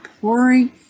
pouring